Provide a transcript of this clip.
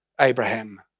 Abraham